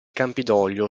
campidoglio